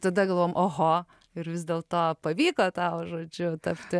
tada galvojom oho ir vis dėlto pavyko tau žodžiu tapti